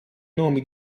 nomi